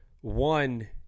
one